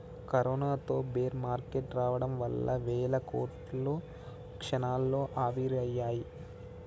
కరోనాతో bear market రావడం వల్ల వేల కోట్లు క్షణాల్లో ఆవిరయ్యాయి